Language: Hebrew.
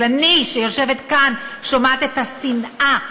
אבל אני שיושבת כאן שומעת את השנאה,